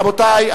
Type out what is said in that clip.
רבותי,